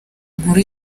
nkuru